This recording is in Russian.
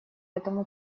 этому